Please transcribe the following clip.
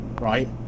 right